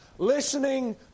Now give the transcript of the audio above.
Listening